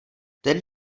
ten